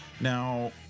Now